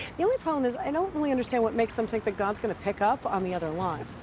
the only problem is, i don't really understand what makes them think that god's gonna pick up on the other line.